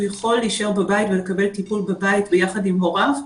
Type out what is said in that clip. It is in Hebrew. יכול להישאר בבית ולקבל טיפול בבית ביחד עם הוריו,